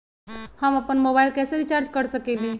हम अपन मोबाइल कैसे रिचार्ज कर सकेली?